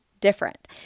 different